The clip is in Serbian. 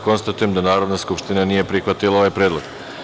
Konstatujem da Narodna skupština nije prihvatila ovaj predlog.